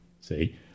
see